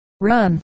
run